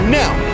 now